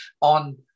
on